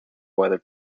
weather